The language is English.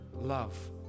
love